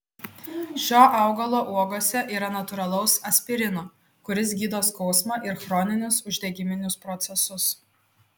šio augalo uogose yra natūralaus aspirino kuris gydo skausmą ir chroninius uždegiminius procesus